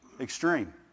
extreme